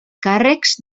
càrrecs